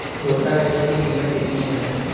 Rotavator की कीमत कितनी है?